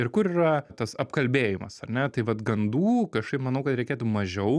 ir kur yra tas apkalbėjimas ar ne tai vat gandų kažkaip manau kad reikėtų mažiau